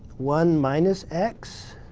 one minus x